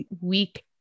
week